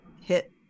hit